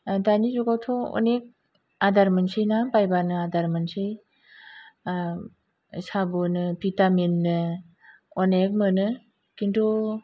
दानि जुगावथ' अनेक आदार मोनसैना बायबानो आदार मोनसै साब'नो भिटामिननो अनेख मोनो खिन्थु